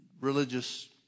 religious